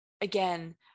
again